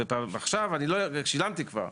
ועכשיו, שילמתי כבר.